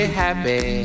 happy